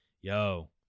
yo